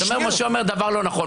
אתה אומר, משה אומר דבר לא נכון.